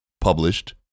Published